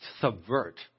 subvert